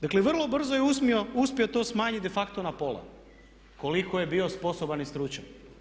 Dakle, vrlo brzo je uspio to smanjit de facto na pola koliko je bio sposoban i stručan.